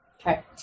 Okay